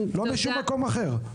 לא משום מקום אחר.